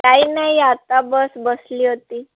काही नाही आता बस बसली होती